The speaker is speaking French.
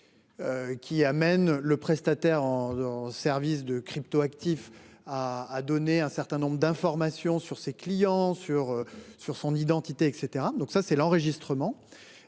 Qui amène le prestataire en. Service de cryptoactifs à a donné un certain nombre d'informations sur ses clients sur sur son identité et cetera donc ça c'est l'enregistrement.